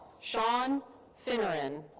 sean finneran.